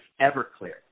Everclear